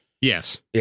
Yes